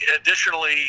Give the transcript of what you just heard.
additionally